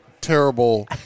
terrible